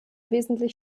wesentlich